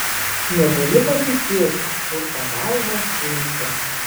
negaliu patikėti purto galvą džeimsas